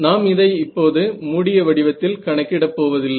நாம் இதை இப்போது மூடிய வடிவத்தில் கணக்கிட போவதில்லை